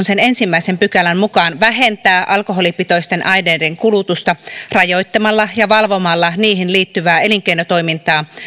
sen ensimmäisen pykälän mukaan vähentää alkoholipitoisten aineiden kulutusta rajoittamalla ja valvomalla niihin liittyvää elinkeinotoimintaa